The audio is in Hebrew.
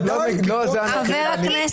בוודאי יותר טוב מהמודל הקיים.